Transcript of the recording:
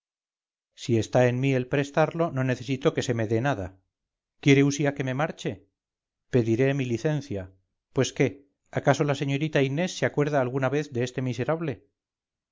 si está en mí el prestarlo no necesito que se me de nada quiere usía que me marche pediré mi licencia pues qué acaso la señorita inés se acuerda alguna vez de este miserable